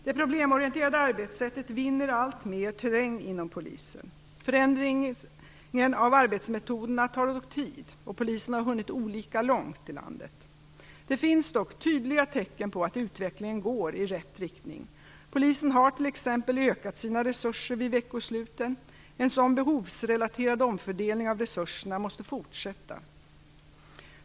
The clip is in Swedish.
Det problemorienterade arbetssättet vinner alltmer terräng inom polisen. Förändringen av arbetsmetoder tar dock tid, och polisen har hunnit olika långt i landet. Det finns dock tydliga tecken på att utvecklingen går i rätt riktning. Polisen har t.ex. ökat sina resurser vid veckosluten. En sådan behovsrelaterad omfördelning av resurserna måste fortsätta.